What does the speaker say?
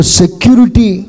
security